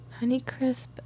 Honeycrisp